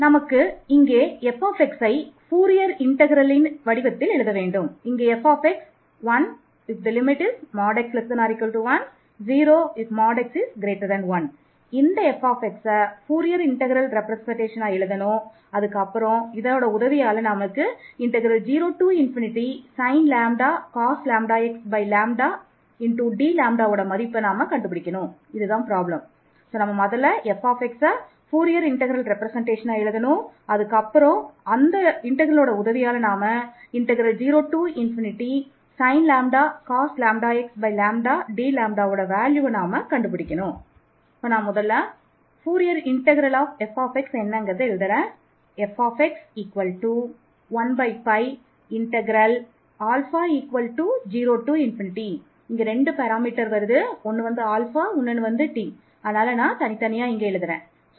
நமக்கு f கீழ்கண்டவாறு வரையறுக்கப்படுகிறது fx1 x≤1 0 x1 எந்த முடிவு நமக்கு கிடைக்கிறதோ அதை உபயோகித்து இதன் மதிப்பை நாம் கண்டுபிடிக்க முயற்சி செய்யப் போகிறோம்